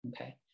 okay